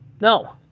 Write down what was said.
No